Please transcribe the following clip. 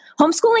Homeschooling